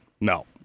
No